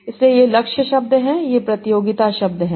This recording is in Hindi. इसलिए ये लक्ष्य शब्द हैं ये प्रतियोगिता शब्द हैं